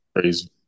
crazy